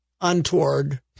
untoward